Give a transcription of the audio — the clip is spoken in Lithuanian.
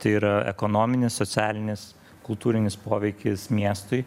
tai yra ekonominis socialinis kultūrinis poveikis miestui